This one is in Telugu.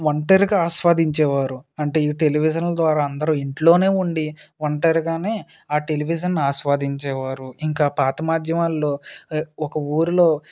ఒంటరిగా ఆస్వాదించేవారు అంటే ఇవి టెలివిజన్ ద్వారా అందరూ ఇంట్లో ఉండి ఒంటరిగా ఆ టెలివిజన్ని ఆస్వాదించే వారు ఇంకా పాత మాధ్యమాలలో ఒక ఊళ్ళో